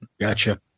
Gotcha